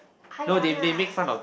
!huh! Yang ah